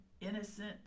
innocent